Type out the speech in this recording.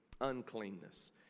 Uncleanness